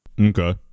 Okay